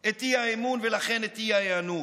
את האי-אמון ולכן את האי-היענות.